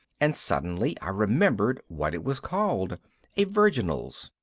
and suddenly i remembered what it was called a virginals.